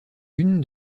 une